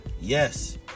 Yes